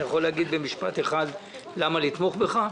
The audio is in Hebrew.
אתה יכול להגיד במשפט אחד למה לתמוך בך?